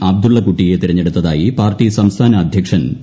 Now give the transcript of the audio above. അബ്ദുള്ളക്കുട്ടിയെ തിരഞ്ഞെടുത്തായി പാർട്ടി സംസ്ഥാന അധ്യക്ഷൻ പി